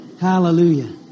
Hallelujah